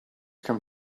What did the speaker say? come